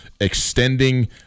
extending –